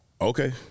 okay